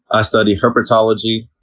i study herpetology,